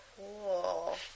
Cool